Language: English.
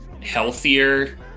healthier